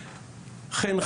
חן,